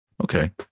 okay